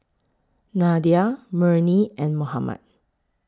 Nadia Murni and Muhammad